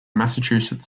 massachusetts